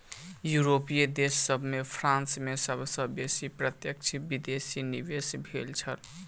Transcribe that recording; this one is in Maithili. यूरोपीय देश सभ में फ्रांस में सब सॅ बेसी प्रत्यक्ष विदेशी निवेश भेल छल